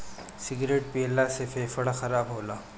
cigarette पियला से फेफड़ा खराब होला